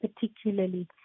particularly